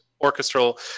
orchestral